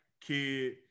kid